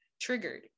triggered